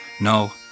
No